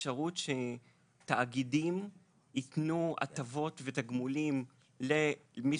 אפשרות שתאגידים יתנו הטבות ותגמולים למי